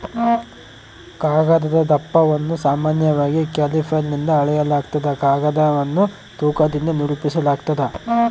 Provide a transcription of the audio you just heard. ಕಾಗದದ ದಪ್ಪವನ್ನು ಸಾಮಾನ್ಯವಾಗಿ ಕ್ಯಾಲಿಪರ್ನಿಂದ ಅಳೆಯಲಾಗ್ತದ ಕಾಗದವನ್ನು ತೂಕದಿಂದ ನಿರೂಪಿಸಾಲಾಗ್ತದ